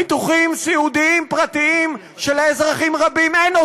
ביטוחים סיעודיים פרטים שלאזרחים רבים אין?